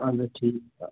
اَہَن حظ ٹھیٖک